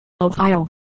Ohio